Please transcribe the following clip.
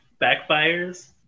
backfires